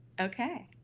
Okay